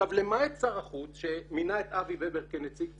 למעט שר החוץ שמינה את אבי וובר כנציג ציבור,